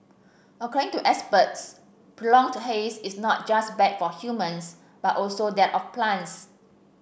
according to experts prolonged haze is not just bad for humans but also that of plants